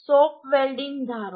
shop welding ધારો